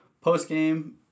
Post-game